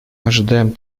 ожидаем